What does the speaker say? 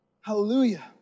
Hallelujah